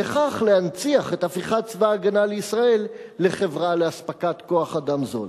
וכך להנציח את הפיכת צבא-הגנה לישראל לחברה לאספקת כוח-אדם זול.